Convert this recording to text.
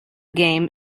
game